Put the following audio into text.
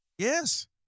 Yes